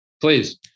Please